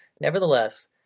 nevertheless